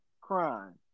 crime